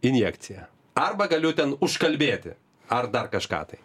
injekciją arba galiu ten užkalbėti ar dar kažką tai